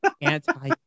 Anti